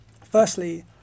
Firstly